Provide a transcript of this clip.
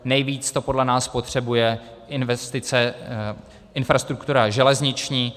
Nejvíc to podle nás potřebují investice do infrastruktury železniční.